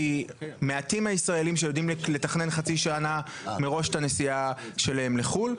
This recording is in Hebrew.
כי מעטים הישראלים שיודעים לתכנן חצי שנה מראש את הנסיעה שלהם לחו"ל.